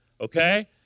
okay